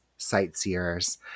sightseers